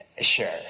Sure